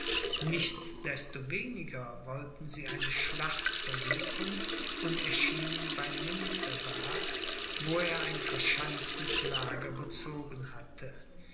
nichtsdestoweniger wollten sie eine schlacht versuchen und erschienen bei münsterberg wo er ein verschanztes lager bezogen hatte